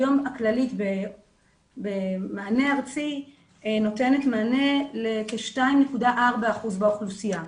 היום במענה ארצי הכללית נותנת מענה לכ-2.4% באוכלוסייה.